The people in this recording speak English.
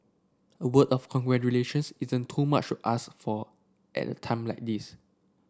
a word of congratulations isn't too much ask for at a time like this